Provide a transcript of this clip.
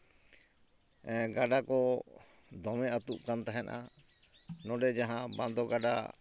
ᱜᱟᱰᱟ ᱠᱚ ᱫᱚᱢᱮ ᱟᱹᱛᱩᱜ ᱠᱟᱱ ᱛᱟᱦᱮᱸᱫᱼᱟ ᱱᱚᱰᱮ ᱡᱟᱦᱟᱸ ᱵᱟᱸᱫᱚ ᱜᱟᱰᱟ